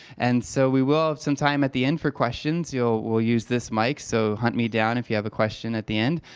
and so we will have some time at the end for questions. you know we'll use this mic. so hunt me down if you have a question at the end.